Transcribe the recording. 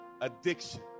addiction